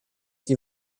die